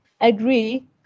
agree